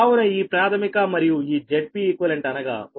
కావున ఈ ప్రాథమిక మరియు ఈ Zpeqఅనగా 1